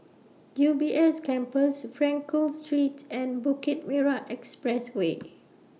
U B S Campus Frankel Street and Bukit Timah Expressway